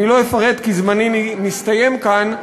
אני לא אפרט כי זמני מסתיים כאן,